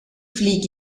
fliege